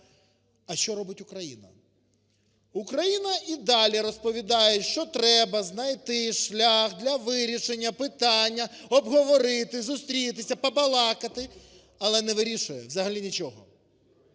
А що робить Україна? Україна і далі розповідає, що треба знайти шлях для вирішення питання, обговорити, зустрітися, побалакати, але не вирішує взагалі нічого.